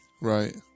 right